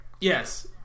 Yes